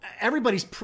everybody's